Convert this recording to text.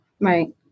Right